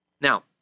Now